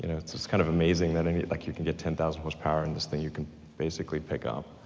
you know it's it's kind of amazing that i mean like you can get ten thousand horsepower in this thing you can basically pick up,